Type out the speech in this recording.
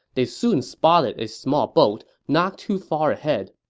they soon spotted a small boat not too far ahead.